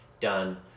done